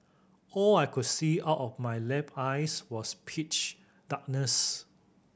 all I could see out of my left eyes was pitch darkness